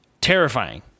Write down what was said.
Terrifying